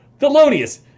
Thelonious